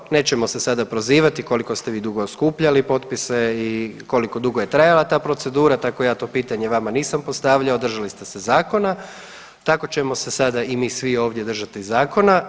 Prvo, nećemo se sada prozivati koliko ste vi dugo skupljali potpise i koliko dugo je trajala ta procedura, tako ja to pitanje vama nisam postavljao, držali ste se zakona, tako ćemo se sada i mi svi ovdje držati zakona.